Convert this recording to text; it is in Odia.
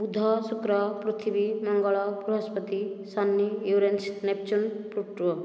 ବୁଧ ଶୁକ୍ର ପୃଥିବୀ ମଙ୍ଗଳ ବୃହସ୍ପତି ଶନି ଯୁରେନ୍ସ ନେପଚୁନ୍ ପ୍ଲୁଟୋ